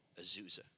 Azusa